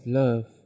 love